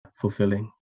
fulfilling